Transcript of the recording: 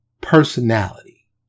personality